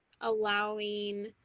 allowing